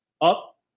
up